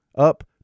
Up